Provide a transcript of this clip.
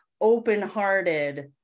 open-hearted